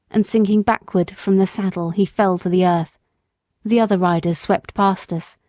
and sinking backward from the saddle he fell to the earth the other riders swept past us,